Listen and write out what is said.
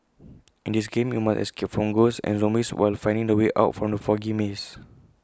in this game you must escape from ghosts and zombies while finding the way out from the foggy maze